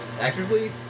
Actively